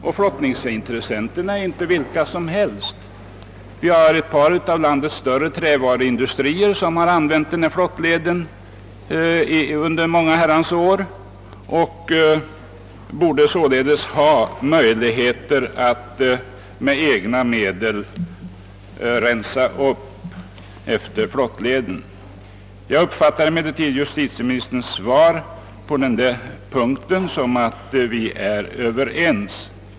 Och dessa intressenter är inte vilka som helst — ett par av landets större trävaruindustrier har använt flottleden under många herrans år och borde ha möjligheter att för egna medel rensa upp efter flottleden. Jag uppfattar emellertid justitieministerns svar på denna punkt så att vi är överens.